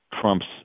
Trump's